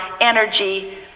energy